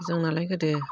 जोंनालाय गोदो